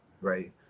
right